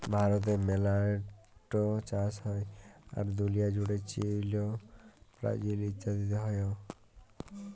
ভারতে মেলা ট চাষ হ্যয়, আর দুলিয়া জুড়ে চীল, ব্রাজিল ইত্যাদিতে হ্য়য়